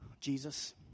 Jesus